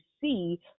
see